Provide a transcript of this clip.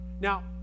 Now